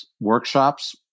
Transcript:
workshops